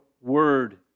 word